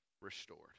restored